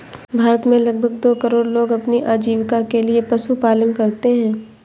भारत में लगभग दो करोड़ लोग अपनी आजीविका के लिए पशुपालन करते है